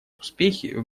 успехи